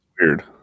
weird